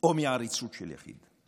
או מעריצות של יחיד?